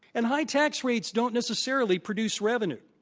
and high tax rates don't necessarily produce revenue.